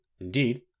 indeed